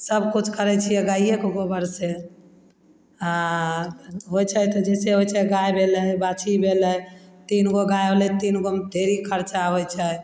सबकिछु करै छिए गाइएके गोबरसे आओर होइ छै तऽ जइसे होइ छै गाइ भेलै बाछी भेलै तीन गो गाइ होलै तीन गोमे ढेरी खरचा होइ छै